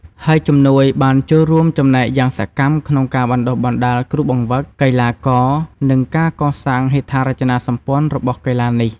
ហើយជំនួយ បានចូលរួមចំណែកយ៉ាងសកម្មក្នុងការបណ្តុះបណ្តាលគ្រូបង្វឹក កីឡាករ និងការកសាងហេដ្ឋារចនាសម្ព័ន្ធរបស់កីឡានេះ។